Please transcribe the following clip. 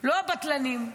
לא הבטלנים.